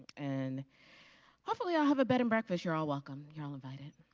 and hopefully i'll have a bed and breakfast. you're all welcome. you're all invited.